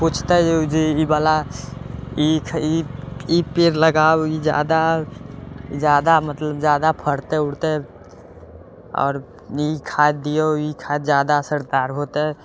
पूछते जे इ बला ईख इ पेड़ लगाउ इ ज्यादा ज्यादा मतलब ज्यादा फरते उड़ते और इ खाद दियौ इ खाद ज्यादा सरतार होते